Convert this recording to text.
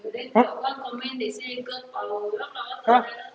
!huh! !huh!